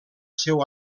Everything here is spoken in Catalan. seu